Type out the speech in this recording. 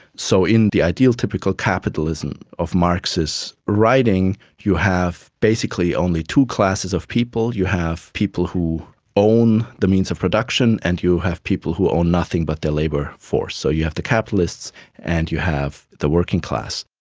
so in the ideal typical capitalism of marx's writing, you have basically only two classes of people, you have people who own the means of production and you have people who own nothing but their labour force. so you have the capitalists and you have the working class.